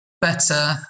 better